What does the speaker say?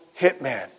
hitman